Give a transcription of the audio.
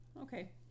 Okay